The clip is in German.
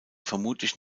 vermutlich